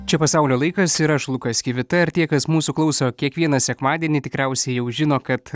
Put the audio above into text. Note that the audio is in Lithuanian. čia pasaulio laikas ir aš lukas kivita ir tie kas mūsų klauso kiekvieną sekmadienį tikriausiai jau žino kad